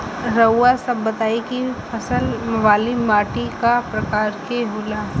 रउआ सब बताई कि फसल वाली माटी क प्रकार के होला?